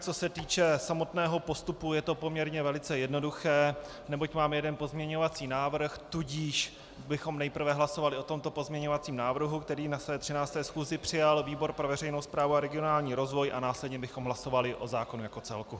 Co se týče samotného postupu, je to poměrně velice jednoduché, neboť máme jeden pozměňovací návrh, tudíž bychom nejprve hlasovali o tomto pozměňovacím návrhu, který na své 13. schůzi přijal výbor pro veřejnou správu a regionální rozvoj, a následně bychom hlasovali o zákonu jako celku.